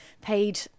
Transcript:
Paid